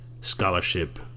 scholarship